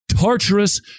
torturous